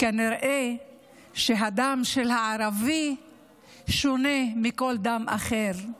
כנראה שהדם של הערבי שונה מכל דם אחר,